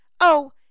Oh